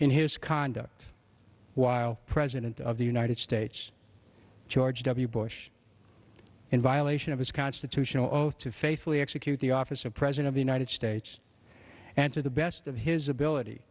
in his conduct while president of the united states george w bush in violation of his constitutional oath to faithfully execute the office of president of the united states and to the best of his ability